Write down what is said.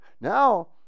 Now